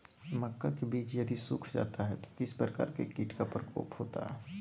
मक्का के बिज यदि सुख जाता है तो किस प्रकार के कीट का प्रकोप होता है?